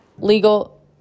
legal